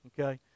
Okay